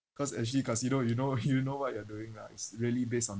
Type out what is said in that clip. cause actually casino you know you know what you're doing lah it's really based on